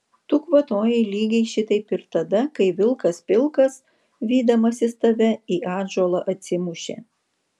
tu kvatojai lygiai šitaip ir tada kai vilkas pilkas vydamasis tave į ąžuolą atsimušė